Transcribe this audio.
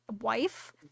wife